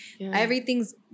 everything's